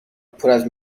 پراز